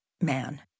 man